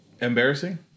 embarrassing